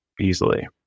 easily